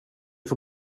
får